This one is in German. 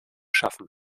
schaffen